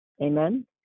Amen